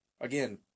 Again